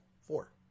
four